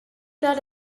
that